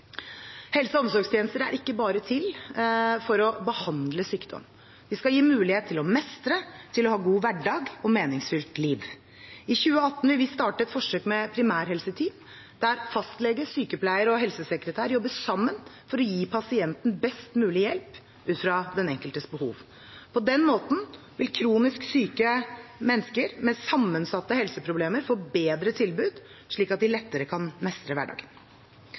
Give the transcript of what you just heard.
Helse- og omsorgstjenester er ikke bare til for å behandle sykdom. De skal gi mulighet til å mestre, til å ha en god hverdag og et meningsfylt liv. I 2018 vil vi starte et forsøk med primærhelseteam der fastlege, sykepleier og helsesekretær jobber sammen for å gi pasienten best mulig hjelp ut fra den enkeltes behov. På den måten vil kronisk syke og mennesker med sammensatte helseproblemer få bedre tilbud, slik at de lettere kan mestre hverdagen.